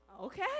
Okay